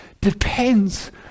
depends